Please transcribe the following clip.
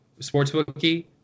sportsbookie